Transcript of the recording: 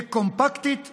וקומפקטית בהרכבה.